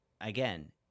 Again